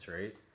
Right